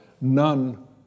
None